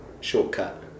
shortcut